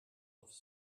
aufs